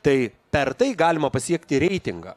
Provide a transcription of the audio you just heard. tai per tai galima pasiekti reitingą